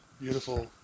beautiful